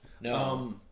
No